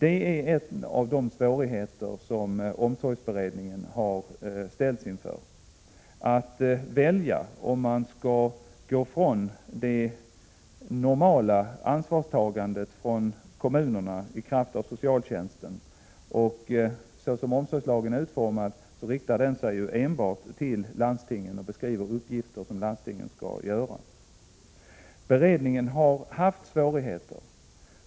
En av de svårigheter som omsorgsberedningen har ställts inför är om man skall välja att i kraft av socialtjänsten frångå kommunernas normala ansvarstagande. Såsom omsorgslagen är utformad riktar den sig enbart till landstingen och beskriver de uppgifter som landstingen skall utföra. Beredningen har haft svårigheter.